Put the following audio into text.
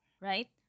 right